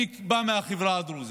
אני בא מהחברה הדרוזית.